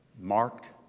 marked